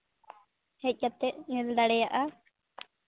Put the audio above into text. ᱦᱮᱡ ᱠᱟᱛᱮ ᱧᱮᱞ ᱫᱟᱲᱮᱭᱟᱜᱼᱟ